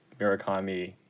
Murakami